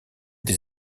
des